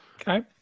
okay